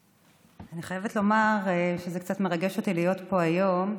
אני חייבת לומר שזה קצת מרגש אותי להיות פה היום,